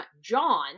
John